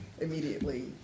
immediately